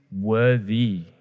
worthy